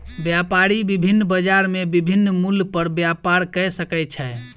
व्यापारी विभिन्न बजार में विभिन्न मूल्य पर व्यापार कय सकै छै